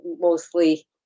mostly